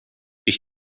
ich